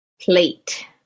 plate